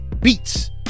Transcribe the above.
beats